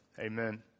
Amen